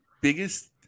biggest